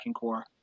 core